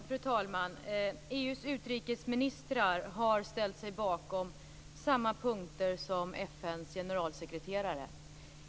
Fru talman! EU:s utrikesministrar har ställt sig bakom samma punkter som FN:s generalsekreterare.